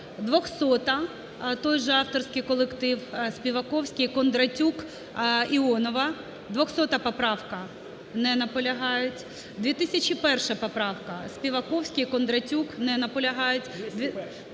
200-а, той же авторський колектив: Співаковський, Кондратюк, Іонова. 200 поправка. Не наполягають. 2001 поправка, Співаковський, Кондратюк. Не наполягають.